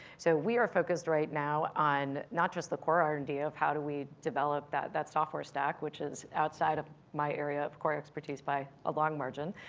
so we are focused right now on not just the core r and d, of how do we develop that that software stack, which is outside of my area of core expertise by a long margin.